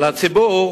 ולציבור